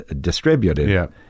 distributed